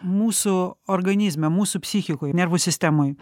mūsų organizme mūsų psichikoj nervų sistemoj